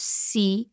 see